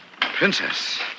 Princess